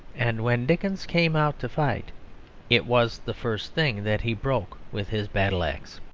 and when dickens came out to fight it was the first thing that he broke with his battle-axe.